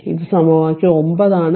ഇത് സമവാക്യം 9 ആണ്